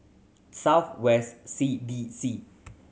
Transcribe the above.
South West C D C